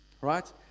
right